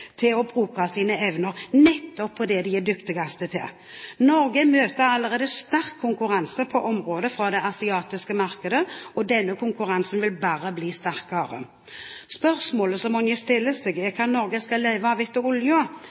til å bruke sine evner nettopp på det de er dyktigst til. Norge møter allerede sterk konkurranse på området fra det asiatiske markedet, og denne konkurransen vil bare bli sterkere. Spørsmålet som mange stiller seg, er hva Norge skal leve av